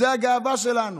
זאת הגאווה שלנו.